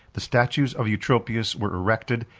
the statues of eutropius were erected,